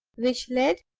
which led,